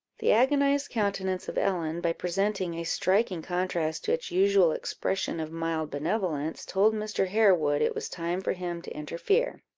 the agonized countenance of ellen, by presenting a striking contrast to its usual expression of mild benevolence, told mr. harewood it was time for him to interfere.